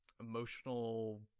emotional